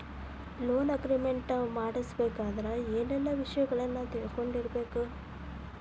Loan agreement ಮಾಡ್ಬೆಕಾದ್ರ ಏನೆಲ್ಲಾ ವಿಷಯಗಳನ್ನ ತಿಳ್ಕೊಂಡಿರ್ಬೆಕು?